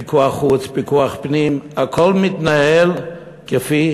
פיקוח חוץ, פיקוח פנים, הכול מתנהל כפי